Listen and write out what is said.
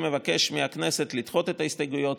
אני מבקש מהכנסת לדחות את ההסתייגויות